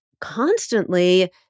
constantly